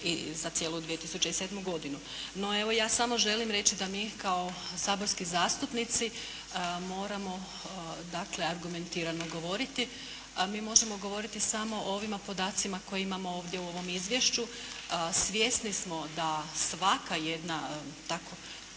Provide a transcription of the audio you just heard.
i za cijelu 2007. godinu. No, evo ja samo želim reći da mi kao saborski zastupnici moramo dakle argumentirano govoriti. A mi možemo govoriti samo o ovim podacima koje imamo ovdje u ovom izvješću. Svjesni smo da svaka jedna tako